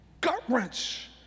gut-wrench